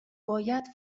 باید